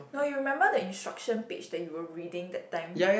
no you remember the instruction page that you were reading that time